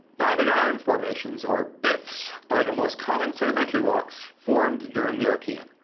banded iron formations or bifs are the most common sedimentary rocks formed during the archean.